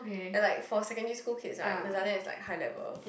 ya like for secondary school kids right lasagna is like high level